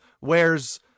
wears